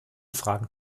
fragen